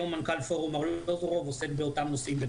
היום מנכ"ל פורום ארלוזורוב, עוסק באותם נושאים.